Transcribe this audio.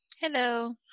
Hello